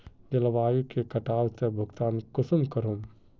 जलवायु के कटाव से भुगतान कुंसम करूम?